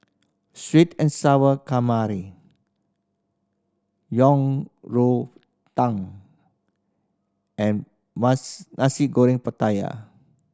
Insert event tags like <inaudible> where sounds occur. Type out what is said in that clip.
sweet and Sour Calamari Yang Rou Tang and <unintelligible> Nasi Goreng Pattaya